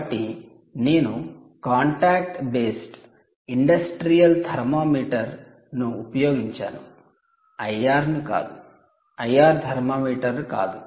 కాబట్టి నేను contact based industrial thermometer ను ఉపయోగించాను 'ఐఆర్' కాదు